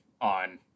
on